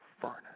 furnace